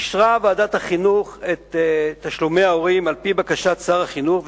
אישרה ועדת החינוך את תשלומי ההורים על-פי בקשת שר החינוך,